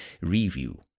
review